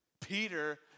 Peter